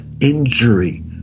injury